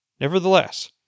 Nevertheless